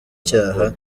icyaha